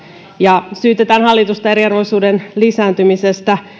ja syytetään hallitusta eriarvoisuuden lisääntymisestä